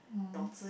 mm